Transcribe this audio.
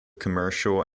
commercial